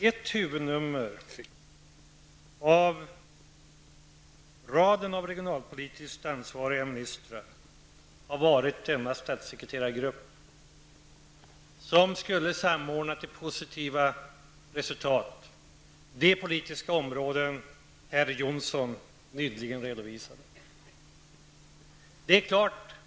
Ett huvudnummer hos raden av regionalpolitiskt ansvariga ministrar har varit den statssekreterargrupp som skulle samordna de politiska områden som Elver Jonsson nyligen redovisade till positiva resultat.